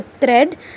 thread